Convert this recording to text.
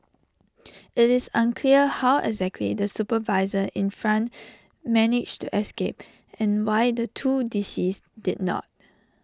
IT is unclear how exactly the supervisor in front managed to escape and why the two deceased did not